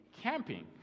camping